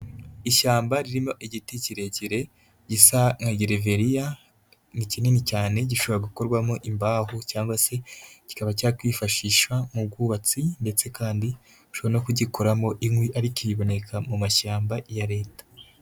Ishyamba ririmo igiti kirekire, gisa nka gereveriya, ni kinini cyane gishobora gukorwamo imbaho cyangwa se kikaba cyakwifashisha mu bwubatsi ndetse kandi ushobora no kugikoramo inkwi ariko iyi iboneka mu mashyamba ya leta.